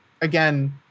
again